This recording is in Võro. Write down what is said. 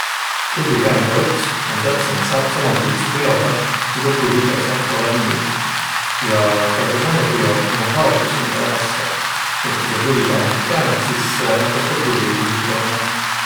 Kruvvikäändjä ots om täpselt samasugudsõ kujoga nigu kruvvi otsah ollõv mulk. Ja tuu om ka sääne kujo, miä haardus umbõlõ häste. Nii, et ku saq kruvvikäändjät käänät, sis nakkas ka kruvi ringi käümä.